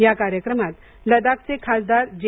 या कार्यक्रमात लडाखचे खासदार जे